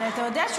לא.